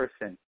person